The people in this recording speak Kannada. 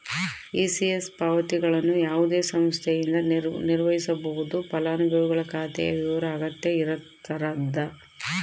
ಇ.ಸಿ.ಎಸ್ ಪಾವತಿಗಳನ್ನು ಯಾವುದೇ ಸಂಸ್ಥೆಯಿಂದ ನಿರ್ವಹಿಸ್ಬೋದು ಫಲಾನುಭವಿಗಳ ಖಾತೆಯ ವಿವರ ಅಗತ್ಯ ಇರತದ